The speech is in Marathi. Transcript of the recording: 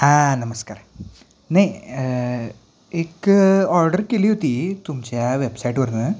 हां नमस्कार नाही एक ऑर्डर केली होती तुमच्या वेबसाईटवरून